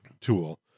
tool